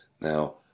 Now